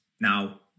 now